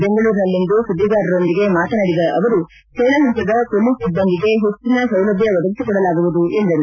ಬೆಂಗಳೂರಿನಲ್ಲಿಂದು ಸುದ್ದಿಗಾರರೊಂದಿಗೆ ಮಾತನಾಡಿದ ಅವರು ಕೆಳಪಂತದ ಮೊಲೀಸ್ ಸಿಬ್ಬಂದಿಗೆ ಹೆಚ್ಚಿನ ಸೌಲಭ್ಯ ಒದಗಿಸಿಕೊಡಲಾಗುವುದು ಎಂದರು